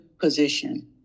position